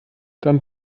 dann